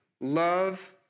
love